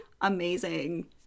amazing